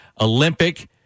Olympic